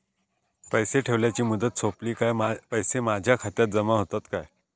पैसे ठेवल्याची मुदत सोपली काय पैसे माझ्या खात्यात जमा होतात काय?